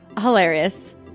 Hilarious